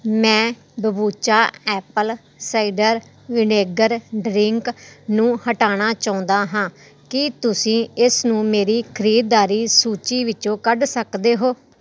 ਮੈਂ kombucha apple cider vinegar drink ਨੂੰ ਹਟਾਣਾ ਚਾਹੁੰਦਾ ਹਾਂ ਕੀ ਤੁਸੀਂ ਇਸ ਨੂੰ ਮੇਰੀ ਖਰੀਦਦਾਰੀ ਸੂਚੀ ਵਿੱਚੋਂ ਕੱਢ ਸਕਦੇ ਹੋ